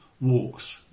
walks